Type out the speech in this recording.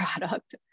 product